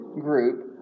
group